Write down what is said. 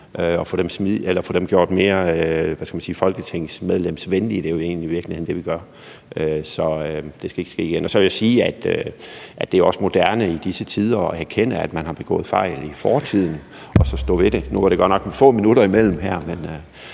og få dem gjort mere, man kan sige folketingsmedlemsvenlige; det er vel egentlig i virkeligheden det, vi gør. Det skal ikke ske igen. Så vil jeg sige, at det også er moderne i de her tider, at erkende, at man har begået fejl i fortiden, og så stå ved det. Nu var det godt nok med få minutter imellem her.